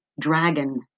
dragon